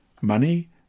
Money